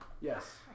Yes